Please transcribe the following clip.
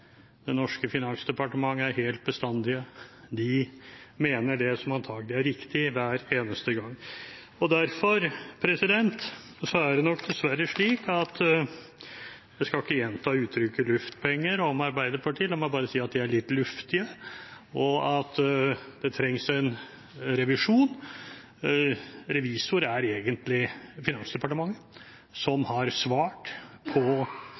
det norske Finansdepartementet er helt bestandige: De mener det som antakelig er riktig hver eneste gang. Derfor er det nok dessverre slik – og jeg skal ikke gjenta uttrykket «luftpenger» om Arbeiderpartiet – at jeg bare vil si at de er litt luftige, og at det trengs en revisjon. Revisor er egentlig Finansdepartementet, som har svart på